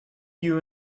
you